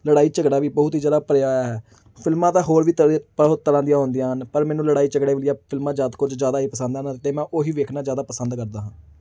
ਲੜਾਈ ਝਗੜਾ ਵੀ ਬਹੁਤ ਹੀ ਜ਼ਿਆਦਾ ਭਰਿਆ ਹੈ ਫਿਲਮਾਂ ਤਾਂ ਹੋਰ ਵੀ ਤਰੇ ਬਹੁਤ ਤਰ੍ਹਾਂ ਦੀਆਂ ਹੁੰਦੀਆਂ ਹਨ ਪਰ ਮੈਨੂੰ ਲੜਾਈ ਝਗੜੇ ਵਾਲੀਆਂ ਫਿਲਮਾਂ ਜਦ ਕੁਝ ਜ਼ਿਆਦਾ ਹੀ ਪਸੰਦ ਹਨ ਅਤੇ ਮੈਂ ਉਹੀ ਵੇਖਣਾ ਜ਼ਿਆਦਾ ਪਸੰਦ ਕਰਦਾ ਹਾਂ